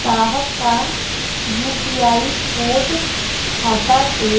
साहब का UPI code खाता से